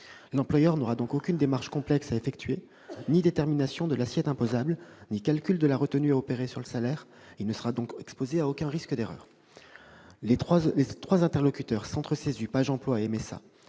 L'employeur n'aura donc aucune démarche complexe à effectuer, ni détermination de l'assiette imposable ni calcul de la retenue à opérer sur le salaire. Il ne sera donc exposé à aucun risque d'erreur. Les trois interlocuteurs Pajemploi, centre